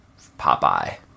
popeye